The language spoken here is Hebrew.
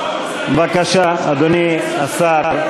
היו שרים, בבקשה, אדוני השר.